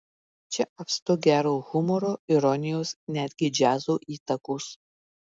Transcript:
čia apstu gero humoro ironijos netgi džiazo įtakos